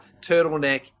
turtleneck